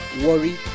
Worry